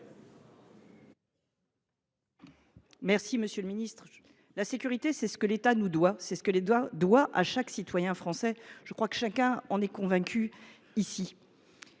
Merci, monsieur le ministre. La sécurité, c’est ce que l’État nous doit, c’est ce qu’il doit à chaque citoyen français. Je crois que chacun en est convaincu ici.